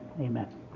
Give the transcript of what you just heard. Amen